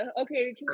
Okay